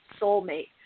soulmate